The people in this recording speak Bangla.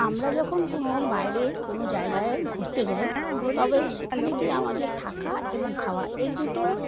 আমরা যখন কোনো বাইরে কোনো জায়গায় ঘুরতে যাই তবে সেখানে গিয়ে আমাদের থাকা এবং খাওয়া এ দুটোর